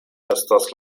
estas